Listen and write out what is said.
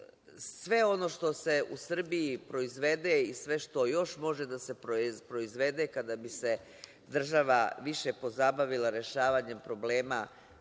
ono što se u Srbiji proizvede i sve što još može da se proizvede kada bi se država više pozabavila rešavanjem problema